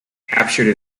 captured